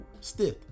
Stiff